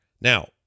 Now